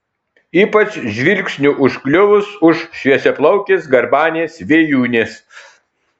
ypač žvilgsniui užkliuvus už šviesiaplaukės garbanės vėjūnės